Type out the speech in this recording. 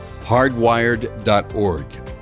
hardwired.org